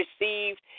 received